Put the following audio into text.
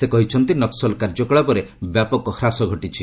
ସେ କହିଛନ୍ତି ନକ୍ୱଲ କାର୍ଯ୍ୟକଳାପରେ ବ୍ୟାପକ ହ୍ରାସ ଘଟିଛି